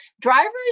Drivers